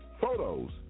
photos